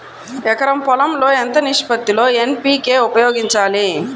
ఎకరం పొలం లో ఎంత నిష్పత్తి లో ఎన్.పీ.కే ఉపయోగించాలి?